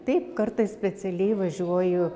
taip kartais specialiai važiuoju